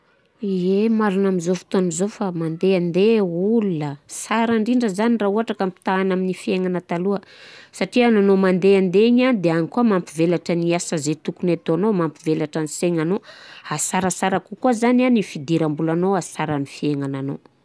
Ie, marigna ami zô fotoagna zô fa mandende ol, sara ndrindra zany raha ôhatra ka ampitahana amin'ny fiainagna taloha satria anao mandende igny an de agny koà mampivelatra ny asa zay tokony ataonao, mampivelatra ny saignanao, a sarasara kokoa zany an ny fidiram-bôlanao hahasara ny fiainagnanao.